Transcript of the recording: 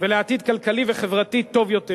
ולעתיד כלכלי וחברתי טוב יותר.